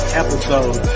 episode